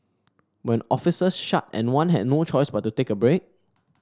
when offices shut and one had no choice but to take a break